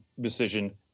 decision